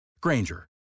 Granger